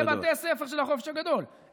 אין כסף לבתי ספר של החופש הגדול,